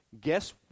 guess